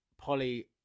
Polly